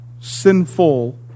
sinful